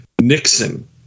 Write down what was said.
nixon